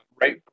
right